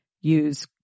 Use